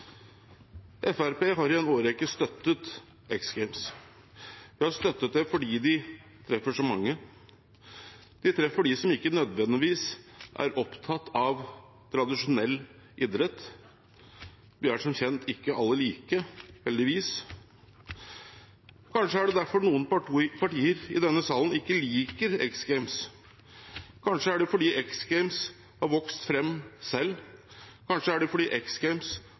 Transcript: har i en årrekke støttet X Games. Vi har støttet dem fordi de treffer så mange. De treffer dem som ikke nødvendigvis er opptatt av tradisjonell idrett. Vi er som kjent ikke alle like – heldigvis. Kanskje er det derfor noen partier i denne salen ikke liker X Games. Kanskje er det fordi X Games har vokst fram selv. Kanskje er det fordi